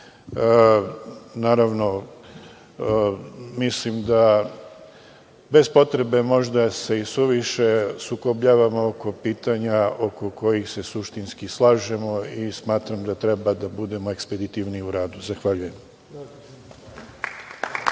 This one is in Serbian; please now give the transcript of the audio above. Srbije. Mislim da bez upotrebe se isuviše sukobljavamo oko pitanja oko kojih se suštinski slažemo i smatram da treba da budemo ekspeditivni i u radu. Zahvaljujem.